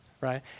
right